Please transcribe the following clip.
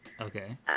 okay